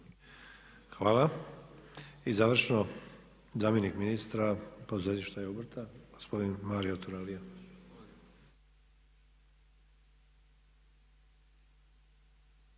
Hvala. I završno, zamjenik ministra poduzetništva i obrta gospodin Mario Turalija.